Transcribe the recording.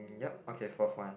yup okay fourth one